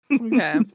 okay